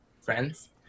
friends